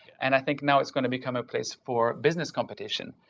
and i think now, it's going to become a place for business competition.